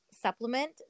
supplement